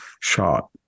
shot